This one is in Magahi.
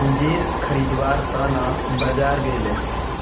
अंजीर खरीदवार त न बाजार गेले